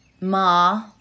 ma